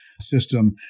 system